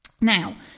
Now